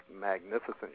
magnificent